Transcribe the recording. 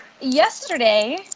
Yesterday